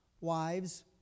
wives